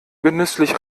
genüsslich